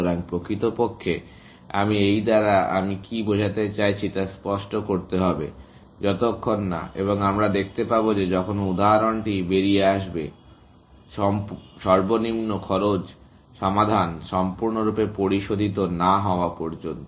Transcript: সুতরাং প্রকৃতপক্ষে আমি এই দ্বারা আমি কী বোঝাতে চাইছি তা স্পষ্ট করতে হবে যতক্ষণ না এবং আমরা দেখতে পাব যে যখন উদাহরণটি বেরিয়ে আসবে সর্বনিম্ন খরচ সমাধান সম্পূর্ণরূপে পরিশোধিত না হওয়া পর্যন্ত